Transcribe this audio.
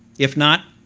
if not,